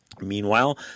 Meanwhile